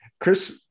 Chris